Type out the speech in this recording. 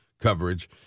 coverage